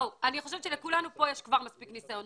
אני חושבת שלכולנו פה יש כבר מספיק ניסיון.